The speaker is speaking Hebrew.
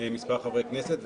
מספר חברי כנסת,